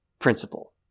Principle